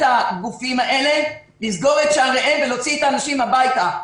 הגופים האלה לסגור את שעריהם ולהוציא את האנשים הביתה.